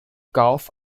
golf